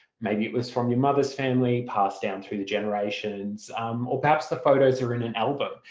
maybe it was from your mother's family passed down through the generations or perhaps the photos are in an album.